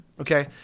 Okay